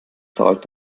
zahlt